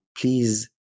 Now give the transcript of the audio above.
please